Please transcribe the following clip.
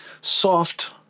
soft